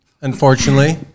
unfortunately